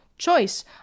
choice